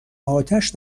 آتش